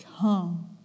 come